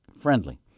friendly